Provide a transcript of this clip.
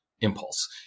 impulse